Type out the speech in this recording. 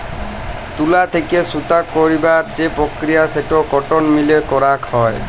তুলো থেক্যে সুতো কইরার যে প্রক্রিয়া সেটো কটন মিলে করাক হয়